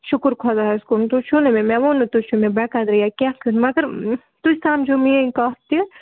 شُکُر خۄدایَس کُن تُہۍ چھُو نہٕ مےٚ مےٚ ووٚن نہٕ تُہۍ چھُو مےٚ بےٚ قدری یا کیٚنٛہہ مگر تُہۍ سَمجِو میٛٲنۍ کَتھ تہِ